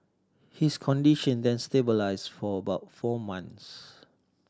his condition then stabilised for about four months